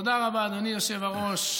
תודה רבה, אדוני היושב-ראש.